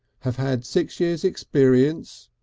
have had six years' experience.